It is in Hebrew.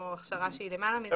הכשרה שהיא למעלה מזה.